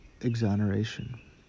exoneration